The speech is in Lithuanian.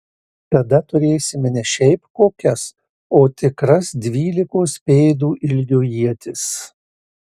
tada turėsime ne šiaip kokias o tikras dvylikos pėdų ilgio ietis